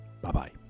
bye-bye